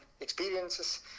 experiences